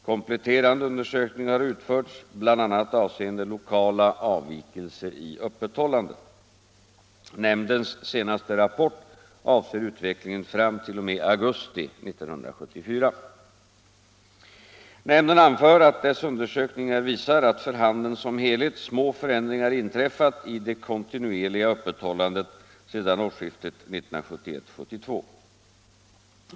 Kompletterande undersökningar har utförts bl.a. avseende lokala avvikelser i öppethållandet. Nämndens senaste rapport avser utvecklingen fram t.o.m. augusti 1974. Nämnden anför att dess undersökningar visar att för handeln som helhet små förändringar inträffat i det kontinuerliga öppethållandet sedan årsskiftet 1971/72.